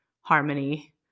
harmony